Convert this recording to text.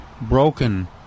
broken